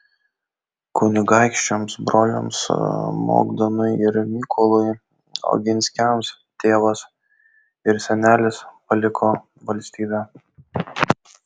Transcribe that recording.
kunigaikščiams broliams bogdanui ir mykolui oginskiams tėvas ir senelis paliko valstybę